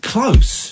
Close